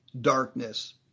darkness